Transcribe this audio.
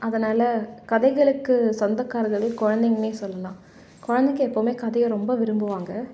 அதனால் கதைகளுக்குக் சொந்தக்காரர்கள் குழந்தைங்கனே சொல்லலாம் குழந்தைங்க எப்போதுமே கதையை ரொம்ப விரும்புவாங்க